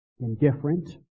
indifferent